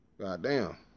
goddamn